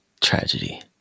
tragedy